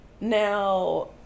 Now